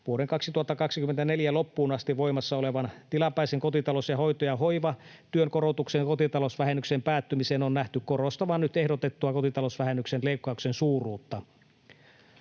Vuoden 2024 loppuun asti voimassa olevan tilapäisen kotitalous-, hoito- ja hoivatyön korotetun kotitalousvähennyksen päättymisen on nähty korostavan nyt ehdotetun kotitalousvähennyksen leikkauksen suuruutta.